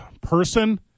person